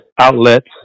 outlets